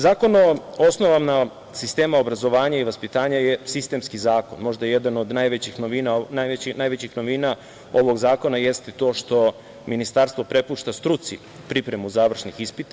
Zakon o osnovama sistema obrazovanja i vaspitanja je sistemski zakon, možda jedan od najvećih novina ovog zakona jeste to što Ministarstvo prepušta struci pripremu završnih ispita.